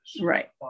Right